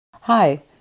Hi